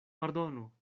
pardonu